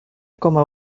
coma